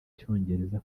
cyongereza